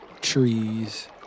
trees